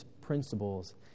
principles